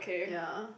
ya